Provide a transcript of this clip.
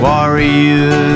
Warriors